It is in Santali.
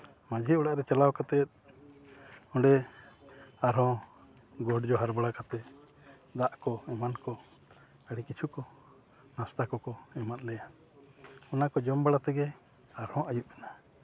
ᱢᱟᱹᱡᱷᱤ ᱚᱲᱟᱜ ᱨᱮ ᱪᱟᱞᱟᱣ ᱠᱟᱛᱮᱫ ᱚᱸᱰᱮ ᱟᱨ ᱦᱚᱸ ᱜᱚᱰ ᱡᱚᱦᱟᱨ ᱵᱟᱲᱟ ᱠᱟᱛᱮ ᱫᱟᱜ ᱠᱚ ᱮᱢᱟᱱ ᱠᱚ ᱟᱹᱰᱤ ᱠᱤᱪᱷᱩ ᱠᱚ ᱱᱟᱥᱛᱟ ᱠᱚ ᱠᱚ ᱮᱢᱟᱫ ᱞᱮᱭᱟ ᱚᱱᱟ ᱠᱚ ᱡᱚᱢ ᱵᱟᱲᱟ ᱛᱮᱜᱮ ᱟᱨ ᱦᱚᱸ ᱟᱹᱭᱩᱵ ᱮᱱᱟ